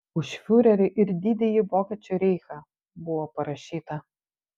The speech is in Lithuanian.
už fiurerį ir didįjį vokiečių reichą buvo parašyta